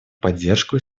поддержку